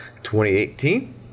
2018